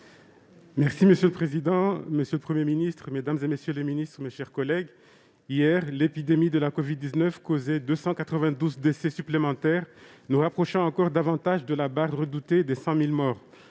Monsieur le président, monsieur le Premier ministre, mesdames, messieurs les ministres, mes chers collègues, hier, l'épidémie de la covid-19 causait 292 décès supplémentaires, nous rapprochant encore davantage de la barre redoutée des 100 000 morts.